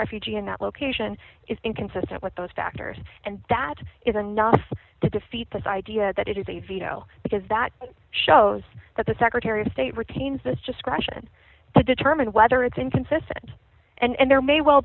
refugee in that location is inconsistent with those factors and that is enough to defeat this idea that it is a veto because that shows that the secretary of state retains this just question to determine whether it's inconsistent and there may well